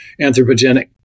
anthropogenic